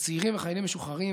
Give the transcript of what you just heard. לצעירים וחיילים משוחררים,